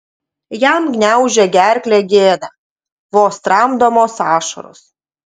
jam gniaužė gerklę gėda vos tramdomos ašaros